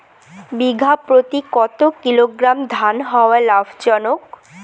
বিঘা প্রতি কতো কিলোগ্রাম ধান হওয়া লাভজনক?